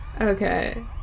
Okay